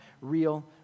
real